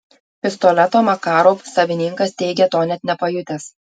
pistoleto makarov savininkas teigia to net nepajutęs